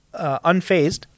unfazed